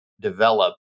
develop